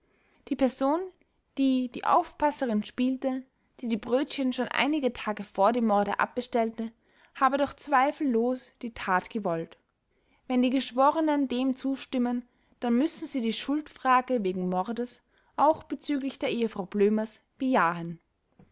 die person die die aufpasserin spielte die die brötchen schon einige tage vor dem morde abbestellte habe doch zweifellos die tat gewollt wenn die geschworenen dem zustimmen dann müssen sie die schuldfrage wegen mordes auch bezüglich der ehefrau blömers bejahen